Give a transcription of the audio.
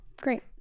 great